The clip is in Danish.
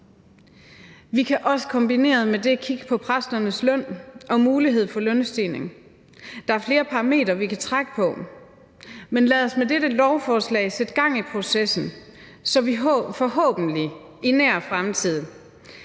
Vi kan også kombinere det med at kigge på præsternes løn og mulighed for lønstigning, og der er flere parametre, vi kan trække på, men lad os med dette lovforslag sætte gang i processen, så vi forhåbentlig i nær fremtid